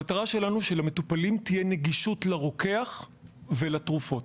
המטרה שלנו היא שלמטופלים תהיה נגישות לרוקח ולתרופות.